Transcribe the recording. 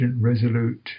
resolute